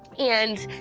and